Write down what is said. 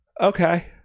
Okay